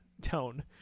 tone